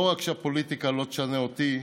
לא רק שהפוליטיקה לא תשנה אותי,